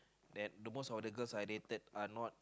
that the most of the girls I dated are not